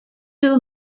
two